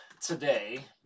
today